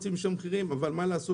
אבל מה לעשות,